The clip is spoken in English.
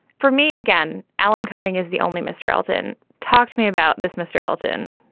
for me again, alan cumming as the only. mr elton, talk to me about this. mr elton,